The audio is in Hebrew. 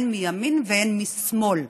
הן מימין והן משמאל.